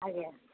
ଆଜ୍ଞା